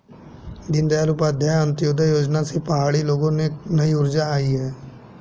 दीनदयाल उपाध्याय अंत्योदय योजना से पहाड़ी लोगों में नई ऊर्जा आई है